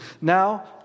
Now